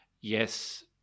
yes